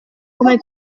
come